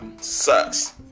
sucks